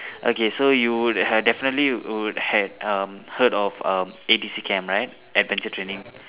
okay so you would have definitely would had um heard of um A_T_C camp right adventure training